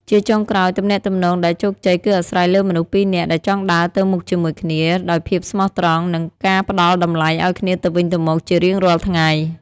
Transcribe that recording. ជាចុងក្រោយ ទំនាក់ទំនងដែលជោគជ័យគឺអាស្រ័យលើមនុស្សពីរនាក់ដែលចង់ដើរទៅមុខជាមួយគ្នា ដោយភាពស្មោះត្រង់ និងការផ្ដល់តម្លៃឱ្យគ្នាទៅវិញទៅមកជារៀងរាល់ថ្ងៃ។